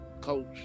Coach